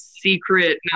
secret